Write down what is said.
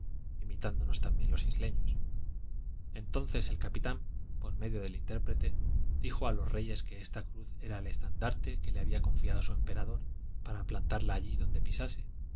imitándonos también los isleños entonces el capitán por medio del intérprete dijo a los reyes que esta cruz era el estandarte que le había confiado su emperador para plantarla allí donde pisase